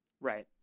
Right